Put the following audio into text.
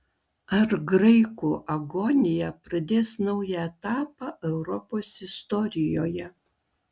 ar graikų agonija pradės naują etapą europos istorijoje